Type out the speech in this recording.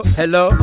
hello